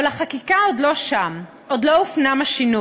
, אבל החקיקה עוד לא שם, עוד לא הופנם השינוי.